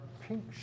pink